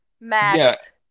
Max